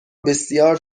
بسیار